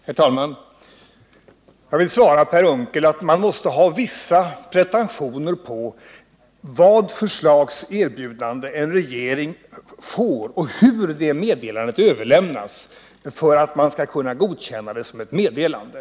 Herr talman! Jag vill svara Per Unckel att man måste ha vissa pretentioner på vad för slags erbjudande det rör sig om och hur det överlämnas för att en regering skall kunna godkänna det som ett meddelande.